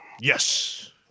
Yes